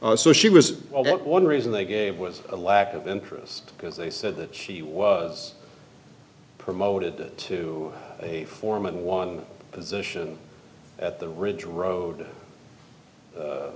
want so she was one reason they game was a lack of interest because they said that she was promoted to a foreman one position at the ridge road